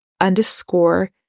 underscore